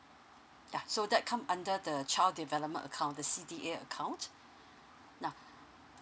ya so that come under the child development account the C_D_A account now